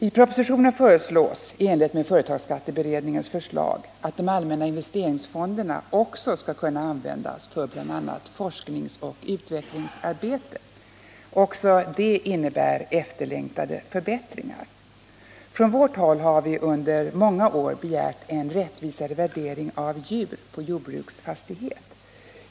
I propositionen föreslås vidare —i enlighet med företagsskatteberedningens förslag — att de allmänna investeringsfonderna också skall få användas för bl.a. forskningsoch utvecklingsarbete. Även det innebär efterlängtade förbättringar. Från vårt håll har vi också under många år begärt en rättvisare värdering av djur på jordbruksfastighet.